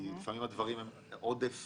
לפעמים הדברים הם עודף